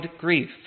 grief